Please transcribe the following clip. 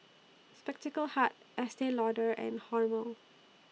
Spectacle Hut Estee Lauder and Hormel